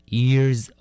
years